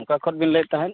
ᱚᱠᱟ ᱠᱷᱚᱱ ᱵᱤᱱ ᱞᱟᱹᱭᱮᱫ ᱛᱟᱦᱮᱱ